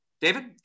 David